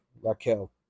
Raquel